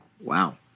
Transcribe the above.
wow